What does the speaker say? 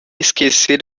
esquecer